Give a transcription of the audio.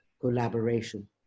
collaboration